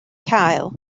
cael